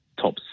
top